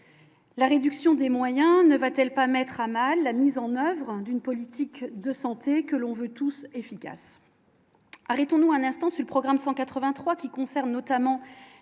la réduction des moyens ne va-t-elle pas mettre à mal la mise en oeuvre d'une politique de santé que l'on veut tous efficaces.